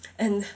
and